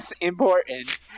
important